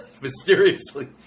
Mysteriously